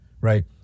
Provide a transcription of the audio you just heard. Right